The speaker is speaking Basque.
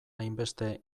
hainbeste